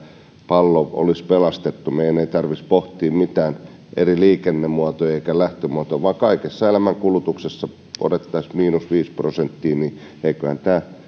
pallo olisi pelastettu meidän ei tarvitsisi pohtia mitään eri liikennemuotoja eikä energialähteitä vaan jos kaikesta elämän kulutuksesta otettaisiin miinus viisi prosenttia niin eiköhän tämä